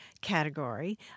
category